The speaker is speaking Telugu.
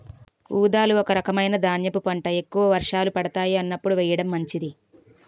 ఊదలు ఒక రకమైన ధాన్యపు పంట, ఎక్కువ వర్షాలు పడతాయి అన్నప్పుడు వేయడం మంచిది